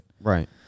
Right